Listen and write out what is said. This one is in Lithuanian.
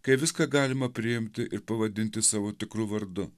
kai viską galima priimti ir pavadinti savo tikru vardu